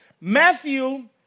Matthew